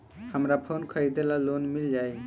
हमरा फोन खरीदे ला लोन मिल जायी?